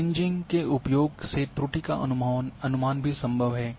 kriging के उपयोग से त्रुटि का अनुमान भी संभव है